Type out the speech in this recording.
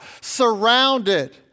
surrounded